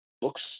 Books